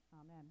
amen